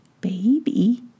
baby